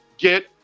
Get